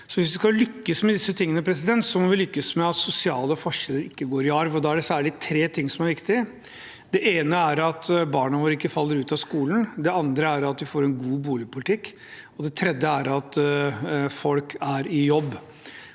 Hvis vi skal lykkes med dette arbeidet, må vi lykkes med at sosiale forskjeller ikke går i arv. Da er det særlig tre ting som er viktige. Det ene er at barna våre ikke faller ut av skolen, det andre er at vi får en god boligpolitikk, og det tredje er at folk er i jobb.